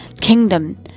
kingdom